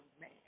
man